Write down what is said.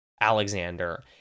Alexander